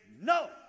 no